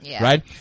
Right